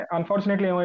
Unfortunately